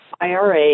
IRA